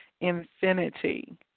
infinity